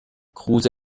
kruse